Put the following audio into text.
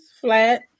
flat